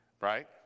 right